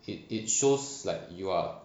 it it shows like you are